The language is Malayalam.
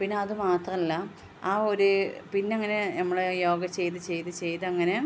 പിന്നെ അത് മാത്രമല്ല ആ ഒരു പിന്നെ അങ്ങനെ നമ്മൾ യോഗ ചെയ്ത് ചെയ്ത് ചെയ്ത് അങ്ങനെ